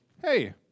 hey